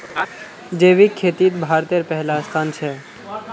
जैविक खेतित भारतेर पहला स्थान छे